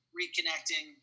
reconnecting